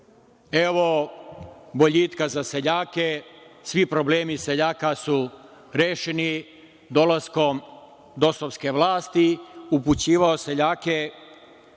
evo boljitka za seljake, svi problemi seljaka su rešeni dolaskom DOS-ovske vlasti, upućivao seljake